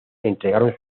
entregaron